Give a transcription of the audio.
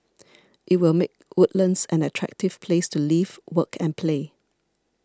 it will make Woodlands an attractive place to live work and play